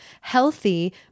healthy